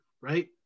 right